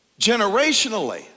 generationally